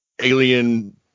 alien